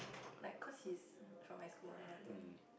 like cause he's from my school one mah then